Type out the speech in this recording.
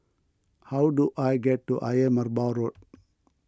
how do I get to Ayer Merbau Road